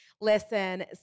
listen